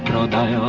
da da